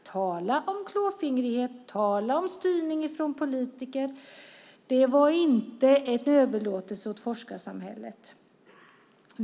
Tala om klåfingrighet, och tala om styrning från politiker. Det var inte en överlåtelse åt forskarsamhället.